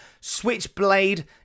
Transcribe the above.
Switchblade